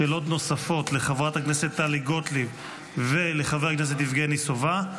שאלות נוספות לחברת הכנסת טלי גוטליב ולחבר הכנסת יבגני סובה.